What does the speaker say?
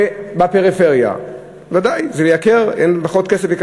המענקים בפריפריה ודאי ייקר, ויקבלו פחות כסף.